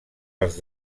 els